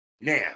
Now